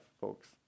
folks